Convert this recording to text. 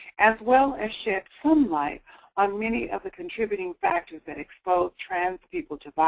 as well as shed some light on many of the contributing factors that expose trans people to